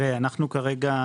(היו"ר אלכס קושניר,